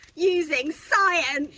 using science.